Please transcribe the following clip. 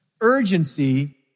Urgency